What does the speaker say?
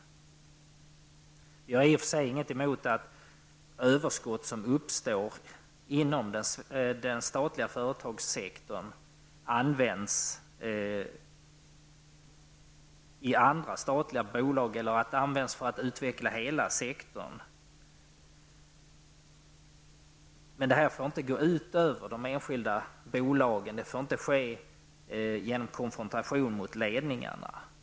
Vi har i och för sig inget emot att överskott som uppstår inom den staliga företagssektorn används i andra statliga bolag eller används för att utveckla hela sektorn. Men det får inte gå ut över de enskilda bolagen. Det får inte ske genom en konfrontation med ledningarna.